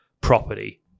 property